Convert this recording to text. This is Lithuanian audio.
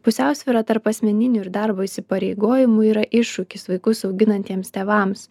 pusiausvyra tarp asmeninių ir darbo įsipareigojimų yra iššūkis vaikus auginantiems tėvams